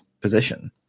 position